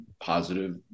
positive